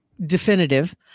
definitive